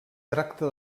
tracta